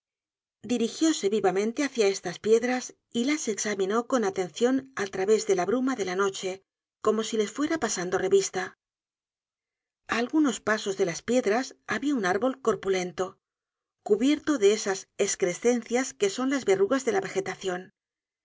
blanquizcas dirigióse vivamente hácia estas piedras y las examinó con atencion al través de la bruma de la noche como si les fuera pasando revista a algunos pasos de las piedras habia un árbol corpulento cubierto de esas escrescencias que son las verrugas de la vegetacion